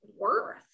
worth